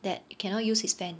that you cannot use his van